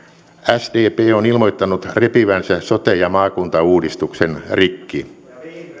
sdp on ilmoittanut repivänsä sote ja maakuntauudistuksen rikki